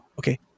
Okay